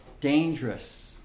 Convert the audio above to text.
dangerous